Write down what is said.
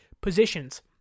positions